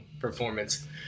performance